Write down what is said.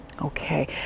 Okay